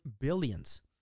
billions